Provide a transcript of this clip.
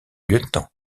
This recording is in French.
lieutenant